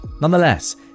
nonetheless